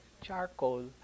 Charcoal